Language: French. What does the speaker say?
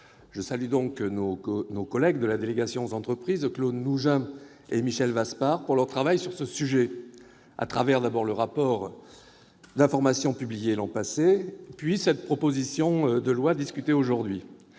Je salue donc nos collègues de la délégation aux entreprises, Claude Nougein et Michel Vaspart, pour leur travail sur ce sujet, à savoir un rapport d'information publié l'an dernier, puis la proposition de loi que nous